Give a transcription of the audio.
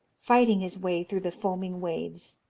fighting his way through the foaming waves.